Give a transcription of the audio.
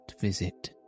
visit